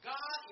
God